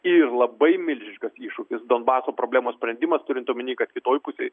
ir labai milžiniškas iššūkis donbaso problemos sprendimas turint omeny kad kitoj pusėj